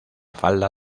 falda